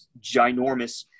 ginormous